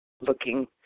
looking